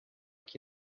que